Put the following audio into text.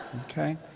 okay